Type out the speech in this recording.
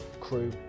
crew